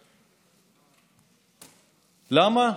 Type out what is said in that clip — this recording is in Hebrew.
למה?